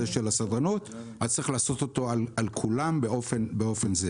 הסדרנות אז צריך להכיל אותו על כולם באופן גורף.